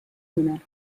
nimel